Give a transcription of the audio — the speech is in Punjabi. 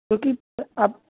ਕਿਉਂਕਿ ਆਪ